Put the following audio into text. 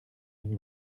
une